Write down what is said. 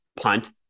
punt